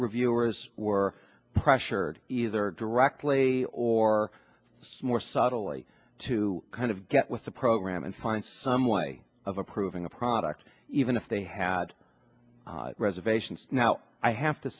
reviewers were pressured either directly or smore subtly to kind of get with the program and find some way of approving a product even if they had reservations now i have to